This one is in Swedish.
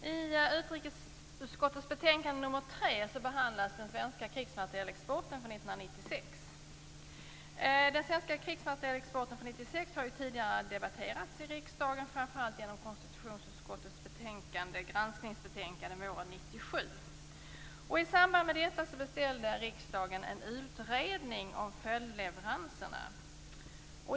Herr talman! I utrikesutskottets betänkande 3 behandlas den svenska krigsmaterielexporten för 1996. Den svenska krigsmaterielexporten för 1996 har tidigare debatterats i riksdagen framför allt genom konstitutionsutskottets granskningsbetänkande våren 1997. I samband med detta beställde riksdagen en utredning om följdleveranserna.